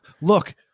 Look